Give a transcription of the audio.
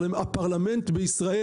הפרלמנט בישראל,